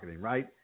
right